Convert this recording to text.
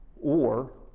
or